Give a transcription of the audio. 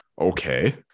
Okay